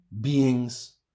beings